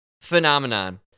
phenomenon